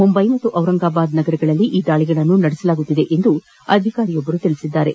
ಮುಂಬೈ ಮತ್ತು ಔರಂಗಾಬಾದ್ಗಳಲ್ಲಿ ಈ ದಾಳಿಗಳನ್ನು ನಡೆಸಲಾಗುತ್ತಿದೆ ಎಂದು ಅಧಿಕಾರಿಯೊಬ್ಬರು ತಿಳಿಸಿದ್ದಾರೆ